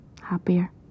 happier